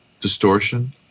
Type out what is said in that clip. distortion